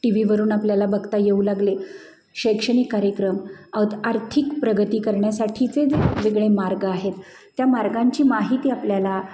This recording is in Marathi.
टी व्हीवरून आपल्याला बघता येऊ लागले शैक्षणिक कार्यक्रम औत आर्थिक प्रगती करण्यासाठीचे वेगवेगळे मार्ग आहेत त्या मार्गांची माहिती आपल्याला